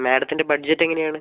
മേഡത്തിൻ്റെ budget എങ്ങനെയാണ്